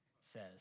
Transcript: says